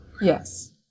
Yes